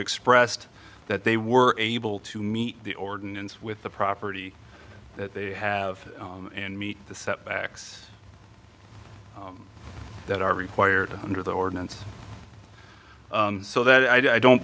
expressed that they were able to meet the ordinance with the property that they have and meet the setbacks that are required under the ordinance so that i don't